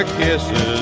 kisses